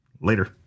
Later